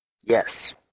Yes